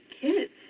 kids